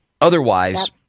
Otherwise